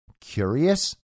Curious